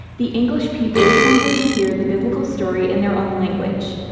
the english people hungered to hear the biblical story in their own language.